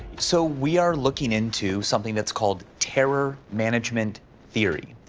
so we are looking into something that's called terror management theory.